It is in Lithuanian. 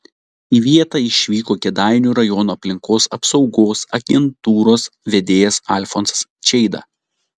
į vietą išvyko kėdainių rajono aplinkos apsaugos agentūros vedėjas alfonsas čeida